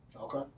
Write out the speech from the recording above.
Okay